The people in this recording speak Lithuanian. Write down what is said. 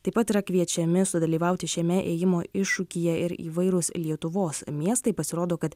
taip pat yra kviečiami sudalyvauti šiame ėjimo iššūkyje ir įvairūs lietuvos miestai pasirodo kad